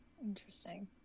Interesting